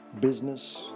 business